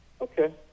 Okay